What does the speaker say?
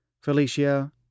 Felicia